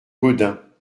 gaudin